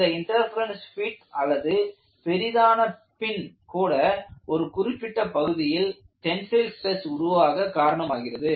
இந்த interference fit அல்லது பெரிதான பின் கூட ஒரு குறிப்பிட்ட பகுதியில் டென்சைல் ஸ்ட்ரெஸ் உருவாக காரணமாகிறது